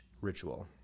ritual